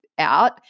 out